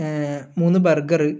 മൂന്ന് ബെർഗറ്